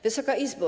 Wysoka Izbo!